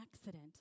accident